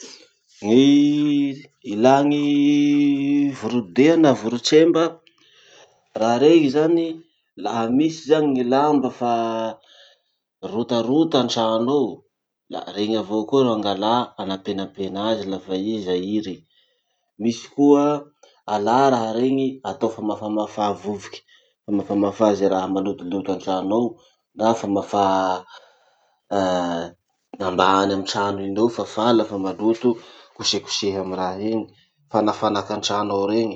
Gny ilà gny vorodeha na vorotsemba. Raha rey zany, laha misy zany ny lamba fa rotarota antrano ao, la reny avao koa ro angalà anapenapena azy lafa i zairy. Misy koa alà raha reny atao famafamafà vovoky, famafamafà ze raha malotoloto antrano ao, na famafà ambany amy trano iny eo fafà lafa maloto, kosekosehy amy raha iny, fanafanaky antrano ao reny.